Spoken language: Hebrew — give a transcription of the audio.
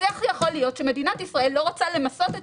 איך יכול להיות שמדינת ישראל לא רוצה למסות את